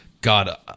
God